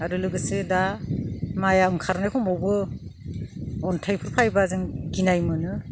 आरो लोगोसे दा माइआ ओंखारनाय समावबो अन्थाइफोर फैब्ला जों गिनाय मोनो